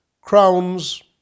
crowns